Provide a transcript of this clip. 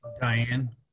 Diane